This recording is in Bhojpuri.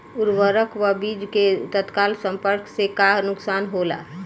उर्वरक व बीज के तत्काल संपर्क से का नुकसान होला?